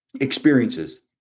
experiences